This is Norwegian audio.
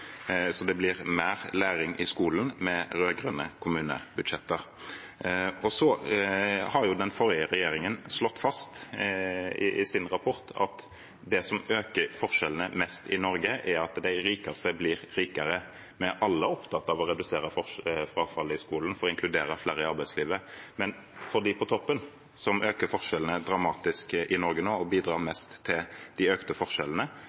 Så det blir mer læring i skolen med rød-grønne kommunebudsjetter. Så har den forrige regjeringen slått fast i sin rapport at det som øker forskjellene mest i Norge, er at de rikeste blir rikere. Vi er alle opptatt av å redusere frafallet i skolen for å inkludere flere i arbeidslivet, men det er for dem på toppen – som øker forskjellene dramatisk i Norge nå, og som bidrar mest til de økte forskjellene